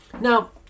now